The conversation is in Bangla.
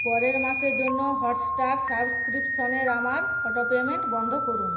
পরের মাসের জন্য হটস্টার সাবস্ক্রিপশনের আমার অটোপেমেন্ট বন্ধ করুন